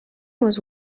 was